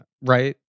Right